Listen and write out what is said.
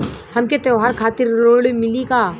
हमके त्योहार खातिर ऋण मिली का?